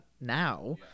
now